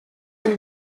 bin